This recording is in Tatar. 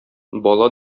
бала